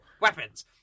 weapons